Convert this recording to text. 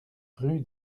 rue